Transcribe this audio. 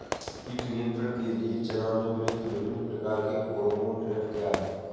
कीट नियंत्रण के लिए चना में प्रयुक्त विभिन्न प्रकार के फेरोमोन ट्रैप क्या है?